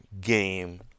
game